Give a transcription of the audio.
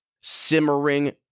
simmering